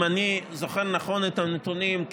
אם אני זוכר נכון את הנתונים,